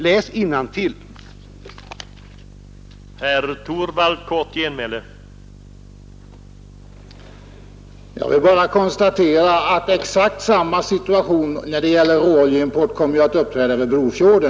Läs innantill, herr Torwald!